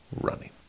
running